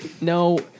No